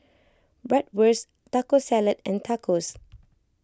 Bratwurst Taco Salad and Tacos